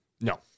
no